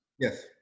Yes